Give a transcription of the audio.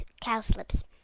cowslips